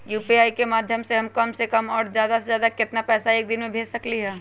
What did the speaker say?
UPI के माध्यम से हम कम से कम और ज्यादा से ज्यादा केतना पैसा एक दिन में भेज सकलियै ह?